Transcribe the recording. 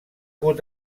hagut